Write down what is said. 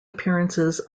appearances